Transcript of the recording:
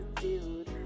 dude